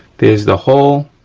there's the hole,